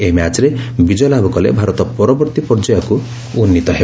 ଏହି ମ୍ୟାଚ୍ରେ ବିଜୟଲାଭ କଲେ ଭାରତ ପରବର୍ତ୍ତୀ ପର୍ଯ୍ୟାୟକୁ ଉନ୍ନୀତ ହେବ